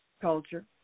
culture